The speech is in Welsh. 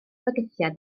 fygythiad